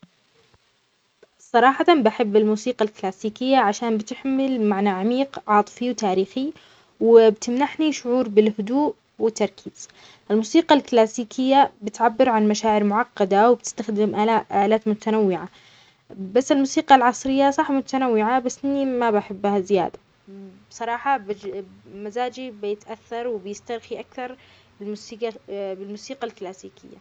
صراحة بحب الموسيقى الكلاسيكية عشان بتحمل معنى عميق، عاطفي وتاريخي، وبتمنحني شعور بالهدوء والتركيز. الموسيقى الكلاسيكية بتعبر عن مشاعر معقدة، وبتستخدم آلاء -آلات متنوعة، بس الموسيقى العصرية صح متنوعة، بس إني ما بحبها زيادة، بصراحة بج -بمزاجي بيتأثر وبيسترخي أكثر الموسيقى-بالموسيقى الكلاسيكية.